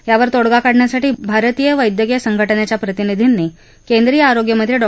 यावर तोडगा काढण्यासाठी भारतीय वैद्यकीय संघटनेच्या प्रतिनिधीनी केंद्रीय आरोग्य मंत्री डॉ